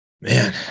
man